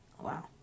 Wow